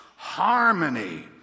harmony